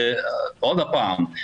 עוד הפעם,